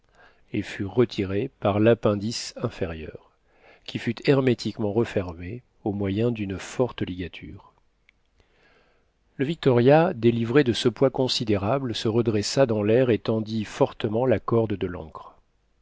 et furent retirés par l'appendice inférieur qui fut hermétiquement refermé au moyen d'une forte ligature le victoria délivré de ce poids considérable se redressa dans l'air et tendit fortement la corde de lancre